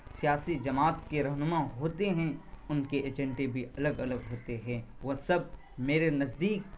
سیاسی جماعت کے رہنما ہوتے ہیں ان کے ایجنڈے بھی الگ الگ ہوتے ہیں وہ سب میرے نزدیک